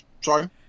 Sorry